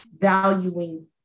valuing